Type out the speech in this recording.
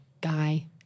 guy